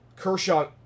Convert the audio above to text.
Kershaw